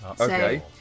okay